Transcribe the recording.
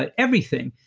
but everything,